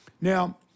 Now